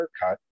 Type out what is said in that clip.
haircut